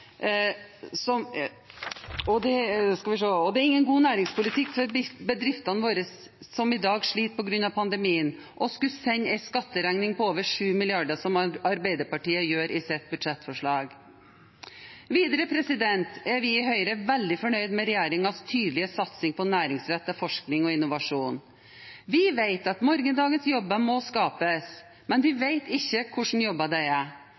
for bedriftene våre, som i dag sliter på grunn av pandemien, å sende en skatteregning på over 7 mrd. kr, som Arbeiderpartiet gjør i sitt budsjettforslag. Videre er vi i Høyre veldig fornøyd med regjeringens tydelige satsing på næringsrettet forskning og innovasjon. Vi vet at morgendagens jobber må skapes, men vi vet ikke hvilke jobber det er.